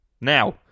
Now